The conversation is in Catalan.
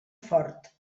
fort